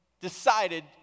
decided